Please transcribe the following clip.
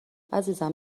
عزیزم